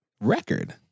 record